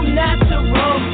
natural